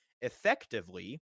effectively